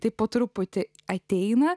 taip po truputį ateina